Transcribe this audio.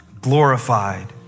glorified